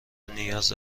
نیاز